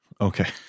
Okay